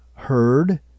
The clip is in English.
heard